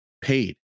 paid